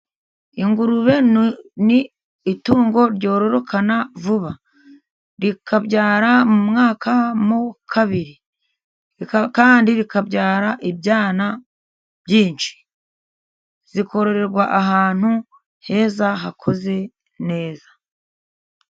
Ingurube ni itungo ryororokana vuba. Rikabyara mu mwaka mo kabiri. kandi rikabyara ibyana byinshi. zikororerwa ahantu heza hakoze neza.